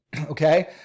okay